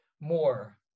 more